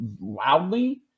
loudly